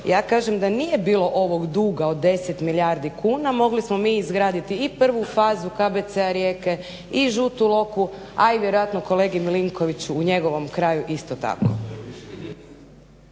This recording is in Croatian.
ja kažem da nije bilo ovog duga od 10 milijardi kuna mogli smo mi izgraditi i prvu fazu KBC-a Rijeka i Žutu Lokvu, a i vjerojatno kolegi Milinkoviću u njegovom kraju isto tako.